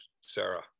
Sarah